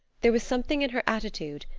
there was something in her attitude,